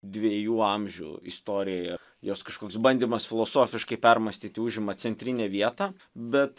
dviejų amžių istorijoje jos kažkoks bandymas filosofiškai permąstyti užima centrinę vietą bet